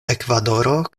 ekvadoro